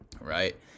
Right